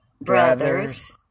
brothers